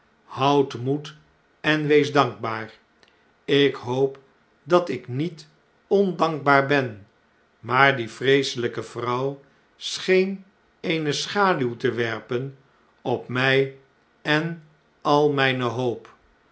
houd moed en wees dankbaar ik hoop dat ik niet ondankbaar ben maar die vreeseljjke vrouw scheen eene schaduw te werpen op mij en al mjjne hoop